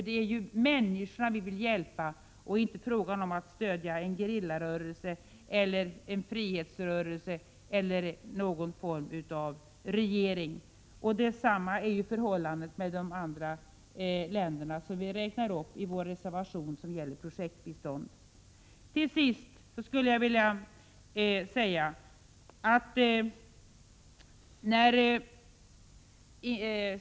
Det är ju människorna vi vill hjälpa — det är inte fråga om att stödja en gerillarörelse, en frihetsrörelse eller någon form av regering. Förhållandet är detsamma beträffande de övriga länder som vi räknar upp i vår reservation om projektbistånd. Till sist skulle jag vilja anföra följande.